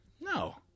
No